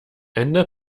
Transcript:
ende